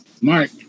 Mark